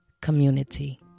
community